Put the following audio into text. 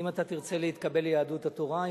אם אתה תרצה להתקבל ליהדות התורה,